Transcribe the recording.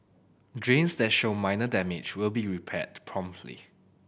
drains that show minor damage will be repaired promptly